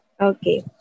Okay